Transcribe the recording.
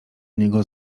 niego